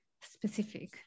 specific